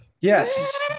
yes